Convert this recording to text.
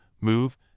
move